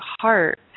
heart